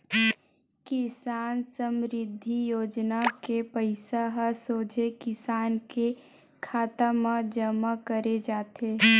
किसान समरिद्धि योजना के पइसा ह सोझे किसान के खाता म जमा करे जाथे